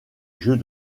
jeux